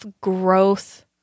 growth